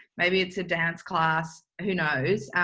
maybe it's a dance class, who knows.